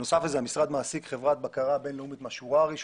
המשרד מעסיק גם חברת בקרה בינלאומית מהשורה הראשונה.